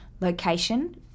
location